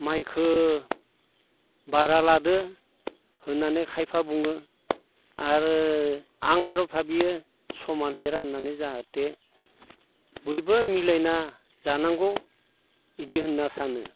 माइखो बारा लादो होननानै खायफा बुङो आरो आं आर' भाबियो समानै राननानै जाहाथे बयबो मिलायना जानांगौ इदि होनना सानो